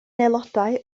aelodau